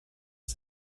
het